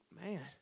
man